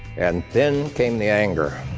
and then came the anger.